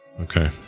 Okay